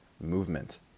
movement